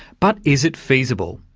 but is it feasible?